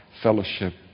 fellowship